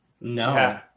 no